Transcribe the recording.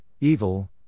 evil